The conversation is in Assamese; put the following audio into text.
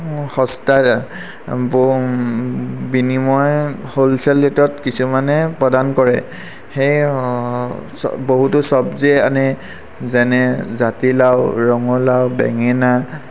সস্তা বিনিময় হ'লচেল ৰেটত কিছুমানে প্ৰদান কৰে সেই বহুতো চব্জি আনে যেনে জাতিলাও ৰঙলাও বেঙেনা